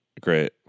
great